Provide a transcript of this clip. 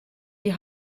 die